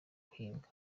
guhinga